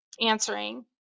answering